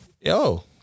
yo